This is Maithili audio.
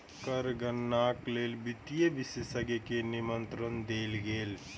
कर गणनाक लेल वित्तीय विशेषज्ञ के निमंत्रण देल गेल